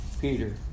Peter